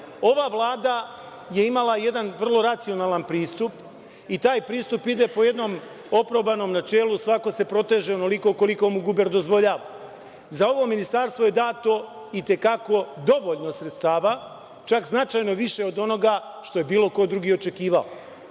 Vlada je imala jedan vrlo racionalan pristup i taj pristup ide po jednom oprobanom načelu, svako se proteže onoliko koliko mu guber dozvoljava. Za ovo ministarstvo je dato itekako dovoljno sredstava, čak značajno više od onoga što je bilo ko drugi očekivao. Prema